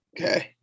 okay